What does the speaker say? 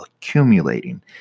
accumulating